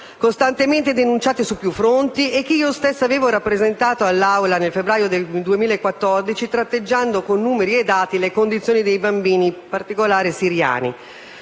costantemente denunciate su più fronti e che io stessa avevo rappresentato all'Assemblea, nel febbraio 2014, tratteggiando con numeri e dati le condizioni dei bambini siriani.